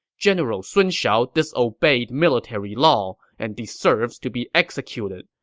general sun shao disobeyed military law and deserves to be executed.